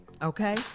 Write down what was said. Okay